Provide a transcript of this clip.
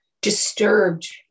disturbed